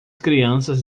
crianças